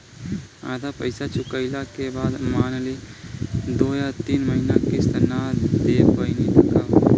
आधा पईसा चुकइला के बाद मान ली दो या तीन महिना किश्त ना दे पैनी त का होई?